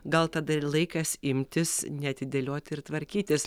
gal tada ir laikas imtis neatidėlioti ir tvarkytis